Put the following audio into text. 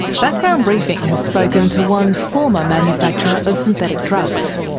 background briefing has spoken to one former manufacturer of synthetic drugs.